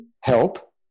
help